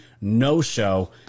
no-show